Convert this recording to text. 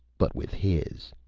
but with his.